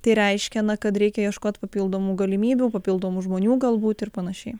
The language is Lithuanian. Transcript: tai reiškia na kad reikia ieškot papildomų galimybių papildomų žmonių galbūt ir panašiai